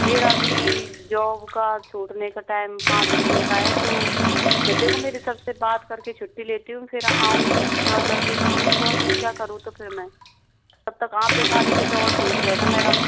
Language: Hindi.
मेरा भी जॉब का छूटने का टाइम पाँच बजे का है तो देखो मेरे सर से बात करके छुट्टी लेती हूँ फिर आऊँगी थोड़ा जल्दी करुँगी कोशिश क्या करूँ तो फिर मैं तब तक आप दिखा लेते तो और ठीक रहता मैडम